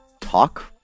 talk